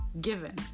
given